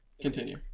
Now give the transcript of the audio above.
continue